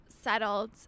settled